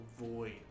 void